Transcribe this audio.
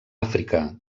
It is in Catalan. àfrica